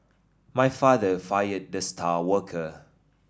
my father fired the star worker